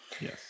yes